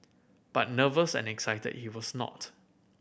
but nervous and excited he was not